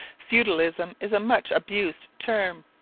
feudalism is a much-abused term.